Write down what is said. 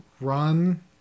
run